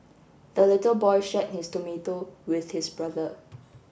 the little boy shared his tomato with his brother